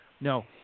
No